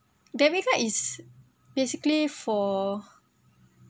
debit card is basically for